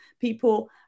people